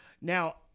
Now